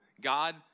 God